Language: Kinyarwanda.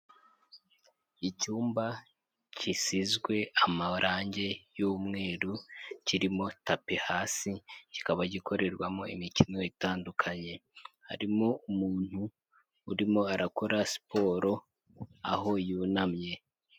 Icyumba gisizwe amarangi y'umweru kirimo tapi hasi, kikaba gikorerwamo imikino itandukanye, harimo umuntu urimo arakora siporo aho yunamye.